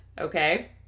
okay